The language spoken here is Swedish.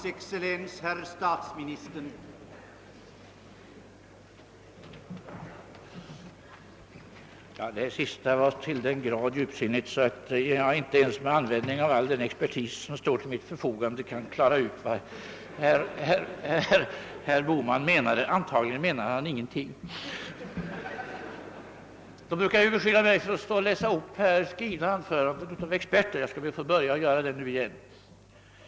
Herr talman! Det sista var till den grad djupsinnigt att jag inte ens med användning av all den expertis som står till mitt förfogande kan klara ut vad herr Bohman menade. Antagligen menäde han ingenting. Man brukar beskylla mig för att stå och läsa upp skrivna anföranden av experter. Jag skall be att få börja med att göra det nu igen.